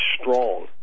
strong